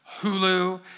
Hulu